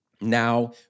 Now